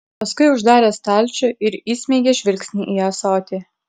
paskui uždarė stalčių ir įsmeigė žvilgsnį į ąsotį